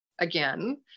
again